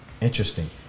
Interesting